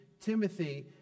timothy